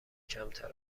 کمتر